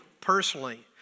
personally